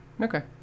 Okay